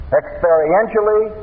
experientially